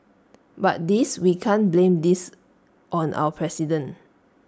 but this we can't blame this on our president